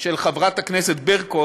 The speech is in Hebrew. של חברת הכנסת ברקו